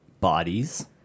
bodies